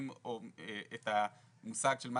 מצנן וככל שאנחנו מרחיבים את המושג של מה